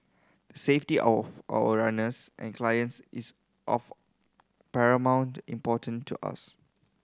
the safety of our runners and clients is of paramount importance to us